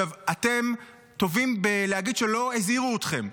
אתם טובים בלהגיד שלא הזהירו אתכם,